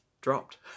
dropped